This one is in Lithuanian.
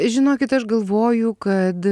žinokit aš galvoju kad